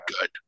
good